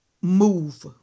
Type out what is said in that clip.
move